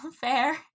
fair